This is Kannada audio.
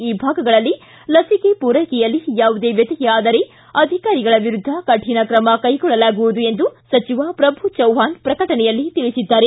ಈ ಭಾಗಗಳಲ್ಲಿ ಲಸಿಕೆ ಪೂರ್ಯಕೆಯಲ್ಲಿ ಯಾವುದೇ ವ್ಯತ್ತಯ ಆದರೆ ಅಧಿಕಾರಿಗಳ ವಿರುದ್ದ ಕಠಿಣ ಕ್ರಮ ಕೈಗೊಳ್ಳುವುದು ಖಚಿತ ಎಂದು ಸಚಿವ ಪ್ರಭು ಚವ್ವಾಣ್ ಪ್ರಕಟಣೆಯಲ್ಲಿ ತಿಳಿಸಿದ್ದಾರೆ